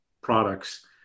products